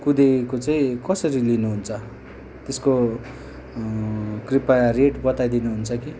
कुदेको चाहिँ कसरी लिनुहुन्छ त्यसको कृपया रेट बताइदिनुहुन्छ कि